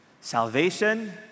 Salvation